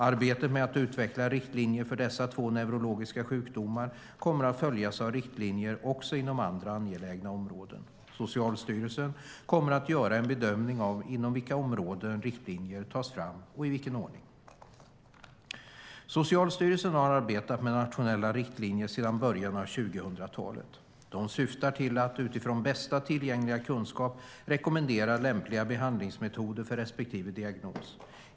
Arbetet med att utveckla riktlinjer för dessa två neurologiska sjukdomar kommer att följas av riktlinjer också inom andra angelägna områden. Socialstyrelsen kommer att göra en bedömning av inom vilka områden riktlinjer ska tas fram och i vilken ordning. Socialstyrelsen har arbetat med nationella riktlinjer sedan början av 2000-talet. De syftar till att utifrån bästa tillgängliga kunskap rekommendera lämpliga behandlingsmetoder för respektive diagnos.